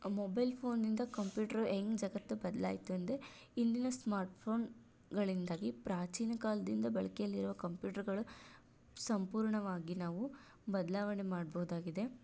mobile ಫೋನಿಂದ computer ಹೇಗೆ ಜಗತ್ತು ಬದಲಾಯಿತು ಅಂದರೆ ಇಂದಿನ ಸ್ಮಾರ್ಟ್ಫೋನ್ಗಳಿಂದಾಗಿ ಪ್ರಾಚೀನ ಕಾಲದಿಂದ ಬಳಕೆಯಲ್ಲಿರುವ ಕಂಪ್ಯೂಟರ್ಗಳು ಸಂಪೂರ್ಣವಾಗಿ ನಾವು ಬದಲಾವಣೆ ಮಾಡ್ಬಹುದಾಗಿದೆ